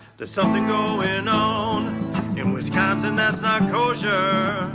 there's something going on in wisconsin that's not kosher.